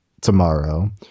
tomorrow